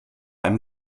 einem